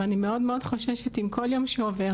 ואני מאוד מאוד חוששת עם כל יום שעובר,